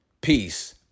peace